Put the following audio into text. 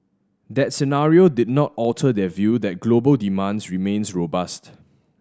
that scenario did not alter their view that global demands remains robust